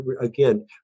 again